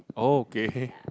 okay